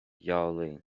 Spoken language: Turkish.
yağlayın